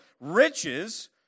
Riches